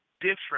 different